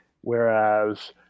Whereas